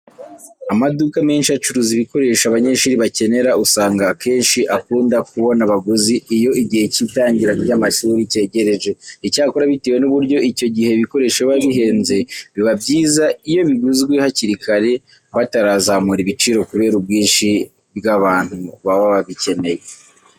Amaduka menshi acuruza ibikoresho abanyeshuri bakenera usanga akenshi akunda kubona abaguzi iyo igihe cy'itangira ry'amashuri cyegereje. Icyakora bitewe n'uburyo icyo gihe ibikoresho biba bihenze, biba byiza iyo biguzwe hakiri kare batarazamura ibiciro kubera ubwinshi by'abantu baba babikeneye.